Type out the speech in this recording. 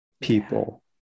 people